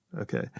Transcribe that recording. Okay